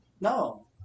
No